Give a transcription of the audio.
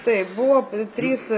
taip buvo trys